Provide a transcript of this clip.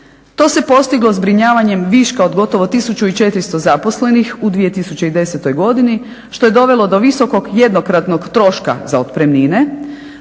To se postiglo zbrinjavanjem viška od gotovo 1400 zaposlenih u 2010. godini što je dovelo do visokog jednokratnog troška za otpremnine,